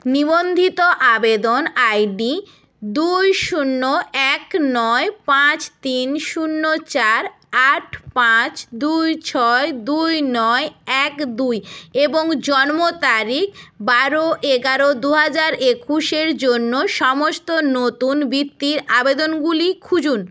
নিবন্ধিত আবেদন আইডি দুই শূন্য এক নয় পাঁচ তিন শূন্য চার আট পাঁচ দুই ছয় দুই নয় এক দুই এবং জন্ম তারিখ বারো এগারো দু হাজার একুশের জন্য সমস্ত নতুন বৃত্তির আবেদনগুলি খুঁজুন